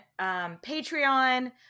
Patreon